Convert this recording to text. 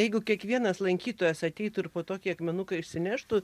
jeigu kiekvienas lankytojas ateitų ir po tokį akmenuką išsineštų